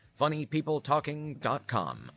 funnypeopletalking.com